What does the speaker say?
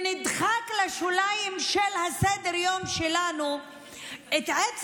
נדחקה לשוליים של סדר-היום שלנו עצם